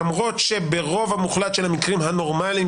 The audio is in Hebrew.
למרות שברוב המוחלט של המקרים הנורמליים